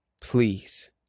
please